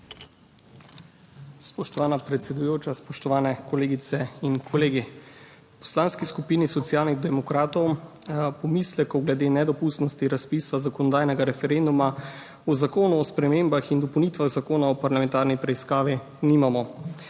Spoštovana predsedujoča, spoštovani kolegice in kolegi! V Poslanski skupini Socialnih demokratov pomislekov glede nedopustnosti razpisa zakonodajnega referenduma o Zakonu o spremembah in dopolnitvah Zakona o parlamentarni preiskavi nimamo.